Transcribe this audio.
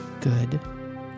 good